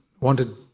wanted